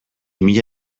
mila